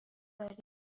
داری